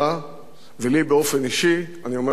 ולי באופן אישי, אני אומר את זה לבני המשפחה,